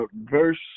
verse